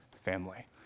family